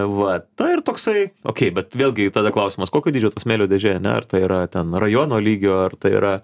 vat na ir toksai okei bet vėlgi tada klausimas kokio dydžio ta smėlio dėžė ane ar tai yra ten rajono lygio ar tai yra